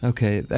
Okay